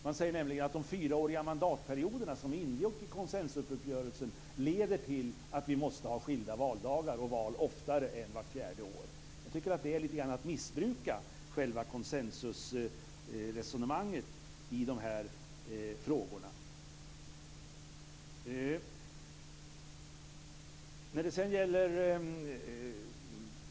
Man säger nämligen att de fyraåriga mandatperioderna, som ingick i konsensusuppgörelsen, leder till att vi måste ha skilda valdagar och val oftare än vart fjärde år. Jag tycker att det är lite grann att missbruka själva konsensusresonemanget i de här frågorna. Fru talman!